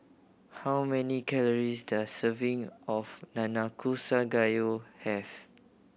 how many calories does serving of Nanakusa Gayu have